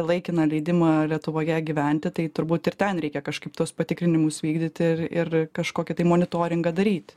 laikiną leidimą lietuvoje gyventi tai turbūt ir ten reikia kažkaip tuos patikrinimus vykdyti ir ir kažkokį tai monitoringą daryt